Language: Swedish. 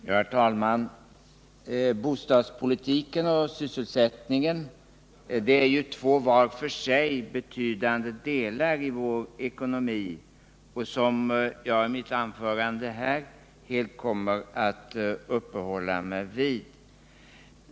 Herr talman! Bostadspolitiken och sysselsättningen är ju två var för sig betydande delar i vår ekonomi som jag i mitt anförande här helt kommer att uppehålla mig vid.